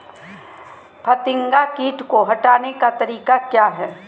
फतिंगा किट को हटाने का तरीका क्या है?